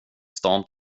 stan